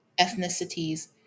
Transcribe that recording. ethnicities